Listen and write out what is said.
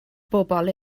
bobl